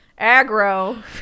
aggro